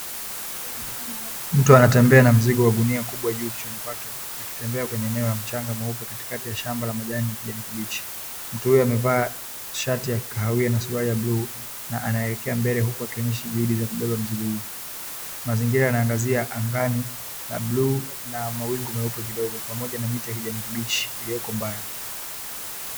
Mtu anatembea na mzigo wa gunia kubwa juu kichwani kwake, akitembea kwenye eneo la mchanga mweupe katikati ya shamba la majani ya kijani kibichi. Mtu huyu amevaa shati ya kahawia na suruali ya bluu, na anaelekea mbele huku akionyesha shughuli ya kubeba mzigo huu. Mazingira yana angazia angani la bluu na mawingu meupe kidogo, pamoja na miti ya kijani kibichi iliyoko mbali.